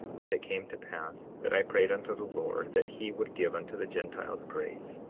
and it came to pass that i prayed unto the lord that he would give unto the gentiles grace,